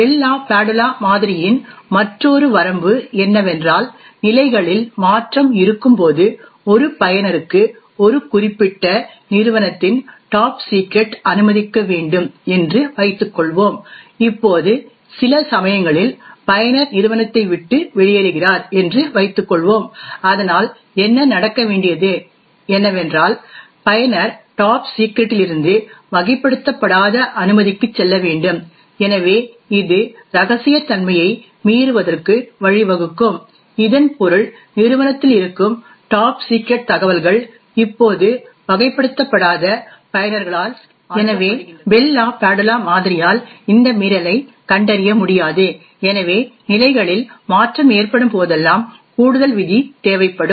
bell LaPadula மாதிரியின் மற்றொரு வரம்பு என்னவென்றால் நிலைகளில் மாற்றம் இருக்கும்போது ஒரு பயனருக்கு ஒரு குறிப்பிட்ட நிறுவனத்தின் டாப் சிக்ரெட் அனுமதிக்க வேண்டும் என்று வைத்துக் கொள்வோம் இப்போது சில சமயங்களில் பயனர் நிறுவனத்தை விட்டு வெளியேறுகிறார் என்று வைத்துக் கொள்வோம் அதனால் என்ன நடக்க வேண்டியது என்னவென்றால் பயனர் டாப் சிக்ரெட் இலிருந்து வகைப்படுத்தப்படாத அனுமதிக்கு செல்ல வேண்டும் எனவே இது இரகசியத்தன்மையை மீறுவதற்கு வழிவகுக்கும் இதன் பொருள் நிறுவனத்தில் இருக்கும் டாப் சிக்ரெட் தகவல்கள் இப்போது வகைப்படுத்தப்படாத பயனர்களால் அணுகப்படுகின்றன எனவே பெல் லாபாதுலா மாதிரியால் இந்த மீறலைக் கண்டறிய முடியாது எனவே நிலைகளில் மாற்றம் ஏற்படும் போதெல்லாம் கூடுதல் விதி தேவைப்படும்